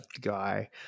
guy